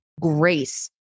grace